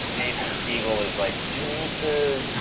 jason segel was like, did you meet the?